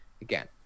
again